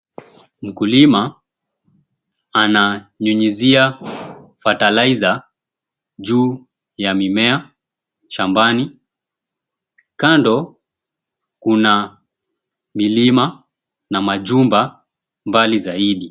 Mkulima ananyunyizia fertilizer juu ya mimea shambani kando kuna milima na majumba mbali zaidi.